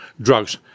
drugs